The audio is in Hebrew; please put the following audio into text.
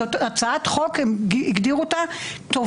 זאת הצעת חוק שהם הגדירו אותה כטובה,